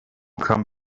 come